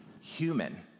human